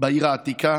בעיר העתיקה,